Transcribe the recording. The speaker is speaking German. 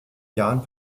jahren